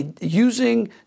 Using